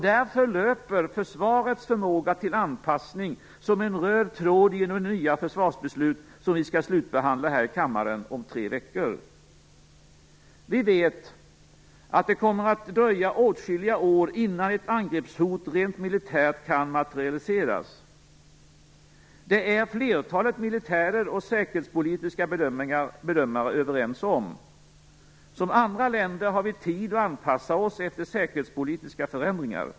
Därför löper försvarets förmåga till anpassning som en röd tråd genom det nya försvarsbeslut som vi skall slutbehandla här i kammaren om tre veckor. Vi vet att det kommer att dröja åtskilliga år innan ett angreppshot rent militärt kan materialiseras. Det är flertalet militärer och säkerhetspolitiska bedömare överens om. Som andra länder har vi tid att anpassa oss efter säkerhetspolitiska förändringar.